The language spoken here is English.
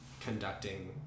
conducting